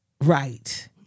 Right